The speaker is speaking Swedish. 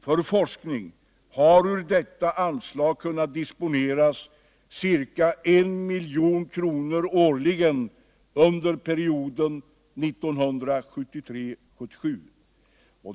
För forskning har ur detta anslag kunnat disponeras ca 1 milj.kr. årligen under perioden 1973-1977.